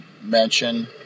mention